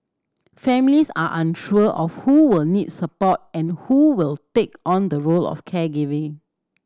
families are unsure of who will need support and who will take on the role of caregiver